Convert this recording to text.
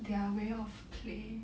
their way of playing